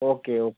okay ഓ